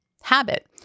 habit